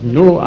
no